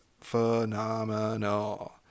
phenomenal